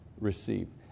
received